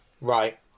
Right